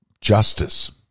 justice